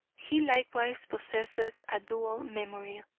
he likewise possesses a dual memory,